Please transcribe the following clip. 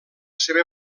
seva